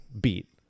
beat